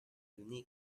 unique